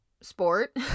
sport